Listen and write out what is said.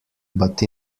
but